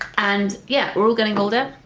and yeah we're all getting older,